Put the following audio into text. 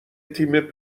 تیم